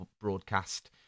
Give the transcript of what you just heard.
broadcast